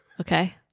okay